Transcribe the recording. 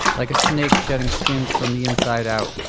like a snake shedding skins from the inside out,